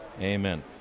Amen